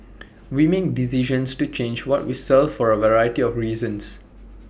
we make decisions to change what we sell for A variety of reasons